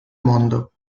mondo